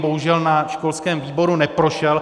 Bohužel na školském výboru neprošel.